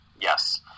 Yes